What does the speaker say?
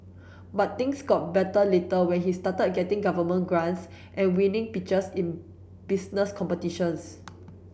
but things got better later when he started getting government grants and winning pitches in business competitions